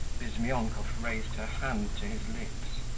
bizmyonkov raised her hand to his lips.